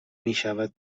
میشود